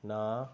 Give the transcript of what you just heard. ਨਾ